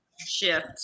shift